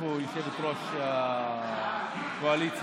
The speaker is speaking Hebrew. איפה יושבת-ראש הקואליציה?